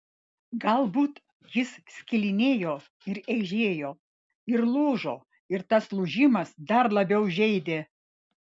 galbūt jis skilinėjo ir eižėjo ir lūžo ir tas lūžimas dar labiau žeidė